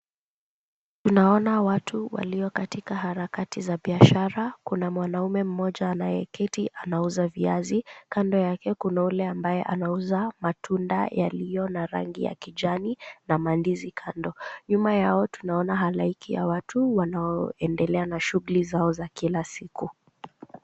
Naona watu walio katika harakati za biashara, kuna mwanaume mmoja anayeketi anauza viazi, kando yake kuna yule ambaye anauza matunda yaliyo na rangi ya kijani na mandizi kando. Nyuma yao tunaona halaiki ya watu wanaoendelea na shughuli zao za kila siku.